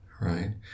right